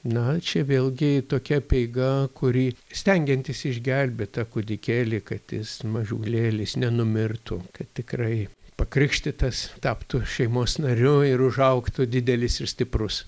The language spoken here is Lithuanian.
na čia vėlgi tokia apeiga kuri stengiantis išgelbėt tą kūdikėlį kad jis mažulėlis nenumirtų kad tikrai pakrikštytas taptų šeimos nariu ir užaugtų didelis ir stiprus